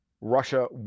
Russia